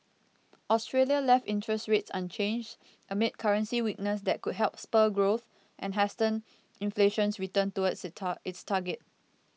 Australia left interest rates unchanged amid currency weakness that could help spur growth and hasten inflation's return towards its tar its target